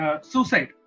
Suicide